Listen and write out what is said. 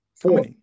Four